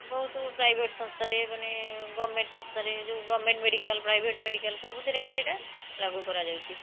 ବହୁତ ପ୍ରାଇଭେଟ୍ ସଂସ୍ଥାରେ ମାନେ ଗଭର୍ଣ୍ଣମେଣ୍ଟ୍ ସଂସ୍ଥାରେ ଯେଉଁ ଗଭର୍ଣ୍ଣମେଣ୍ଟ୍ ମେଡ଼ିକାଲ୍ ପ୍ରାଇଭେଟ୍ ମେଡ଼ିକାଲ୍ ସବୁଥିରେ ବି ସେଇଟା ଲାଗୁ କରାଯାଉଛି